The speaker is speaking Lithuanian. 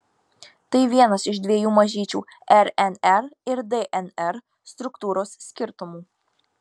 tai vienas iš dviejų mažyčių rnr ir dnr struktūros skirtumų